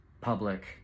public